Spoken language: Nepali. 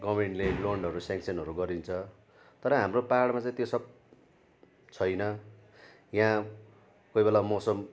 गभर्नमेन्टले लोनहरू सेङ्सनहरू गरिदिन्छ तर हाम्रो पाहाडमा चाहिँ त्यो सब छैन यहाँ कोही बेला मौसम